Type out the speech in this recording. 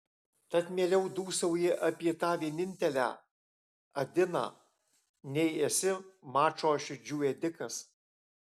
tad mieliau dūsauji apie tą vienintelę adiną nei esi mačo širdžių ėdikas